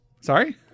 Sorry